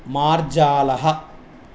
मार्जालः